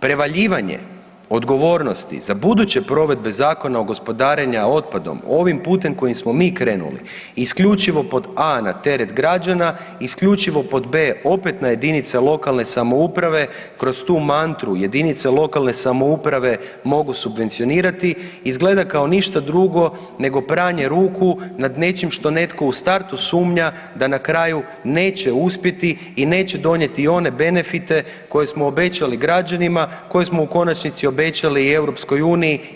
Prevaljivanje odgovornosti za buduće provedbe Zakona o gospodarenja otpadom ovim putem kojim smo mi krenuli, isključivo pod a) na teret građana i isključivo pod b) opet na jedinice lokalne samouprave kroz tu mantru jedinice lokalne samouprave mogu subvencionirati, izgleda kao ništa drugo nego pranje ruku nad nečim što netko u startu sumnja da na kraju neće uspjeti i neće donijeti i one benefite koje smo obećali građanima koje smo u konačnici obećali i EU